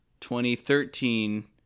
2013